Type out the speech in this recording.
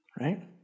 Right